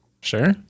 Sure